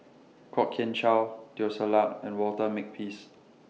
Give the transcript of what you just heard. Kwok Kian Chow Teo Ser Luck and Walter Makepeace